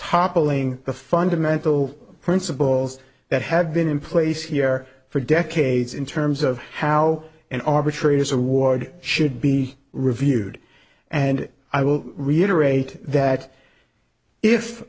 toppling the fundamental principles that have been in place here for decades in terms of how an arbitrator's award should be reviewed and i will reiterate that